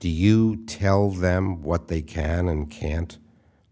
do you tell them what they can and can't